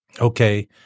okay